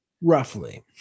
Roughly